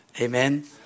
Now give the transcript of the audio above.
Amen